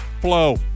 flow